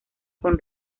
con